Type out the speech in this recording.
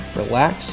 relax